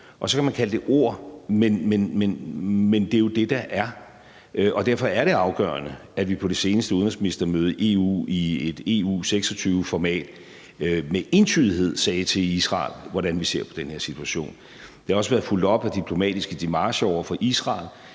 Så kan man kalde det ord, men det er jo det, der er. Derfor er det afgørende, at vi på det seneste udenrigsministermøde i EU i et EU 26-format med entydighed sagde til Israel, hvordan vi ser på den her situation. Det er også blevet fulgt op af diplomatisk demarche over for Israel.